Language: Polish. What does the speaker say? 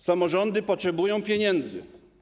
Samorządy potrzebują pieniędzy.